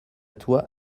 toi